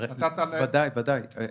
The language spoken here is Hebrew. ודאי, ודאי.